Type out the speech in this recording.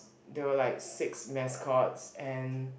there were like six mascots and